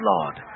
Lord